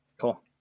Cool